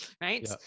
right